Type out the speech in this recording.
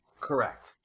Correct